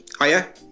Hiya